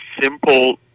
simple